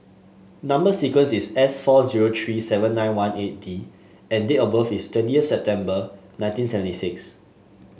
number sequence is S four zero three seven nine one eight D and date of birth is twenty of September One Thousand nine hundred and seventy six